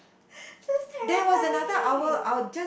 that's terrifying